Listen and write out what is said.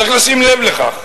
צריך לשים לב לכך.